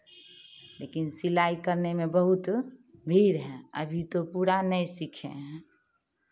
लेकिन सिलाई करने में बहुत भीड़ है अभी तो पूरा नहीं सीखे हैं